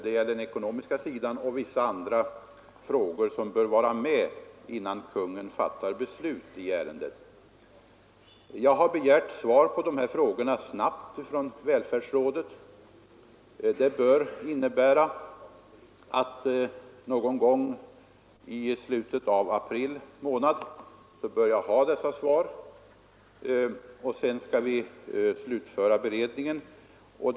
Det gäller den ekonomiska sidan och vissa andra frågor som bör vara klara innan Kungl. Maj:t fattar beslut i ärendet. Jag har av välfärdsrådet begärt ett snabbt svar på de frågorna, och det bör innebära att jag har svaret någon gång i slutet av april månad. Därefter skall vi slutföra beredningen.